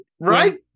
Right